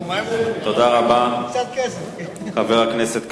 תודה רבה לחבר הכנסת כץ.